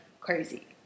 crazy